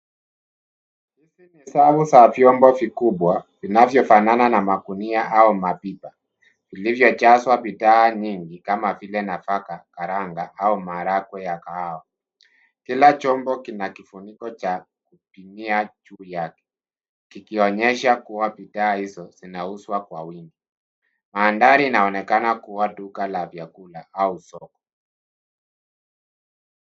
Hizi ni safu za vyombo vikubwa, vinavyofanana na magunia au mapipa, Vilivyojazwa bidhaa nyingi kama vile nafaka, karanga au maharagwe ya kahawa. Kila chombo kina kifuniko cha kupimia juu yake, kikionyesha kuwa bidhaa hizo zinauzwa kwa wingi. Mandhari inaonekana kuwa duka la vyakula au soko.